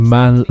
Man